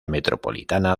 metropolitana